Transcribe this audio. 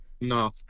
No